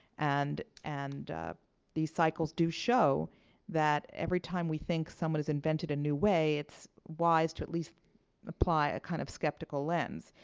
and and these cycles do show that every time we think someone has invented a new way, it's wise to at least apply a kind of skeptical lens.